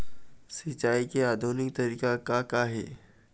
सिचाई के आधुनिक तरीका का का हे?